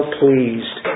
pleased